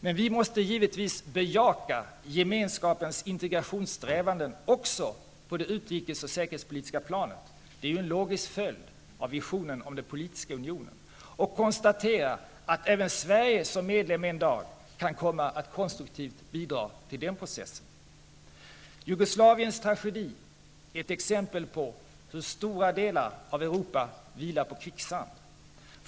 Men vi måste givetvis bejaka Gemenskapens integrationssträvanden också på det utrikes och säkerhetspolitiska planet -- det är ju en logisk följd av visionen om den politiska unionen -- och konstatera att även Sverige som medlem en dag kan komma att konstruktivt bidra till den processen. Jugoslaviens tragedi är ett exempel på hur stora delar av Europa vilar på kvicksand.